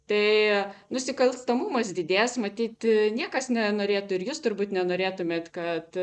tai nusikalstamumas didės matyt niekas nenorėtų ir jūs turbūt nenorėtumėt kad